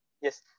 Yes